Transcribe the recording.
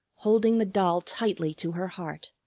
holding the doll tightly to her heart.